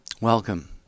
Welcome